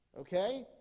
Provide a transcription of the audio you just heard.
Okay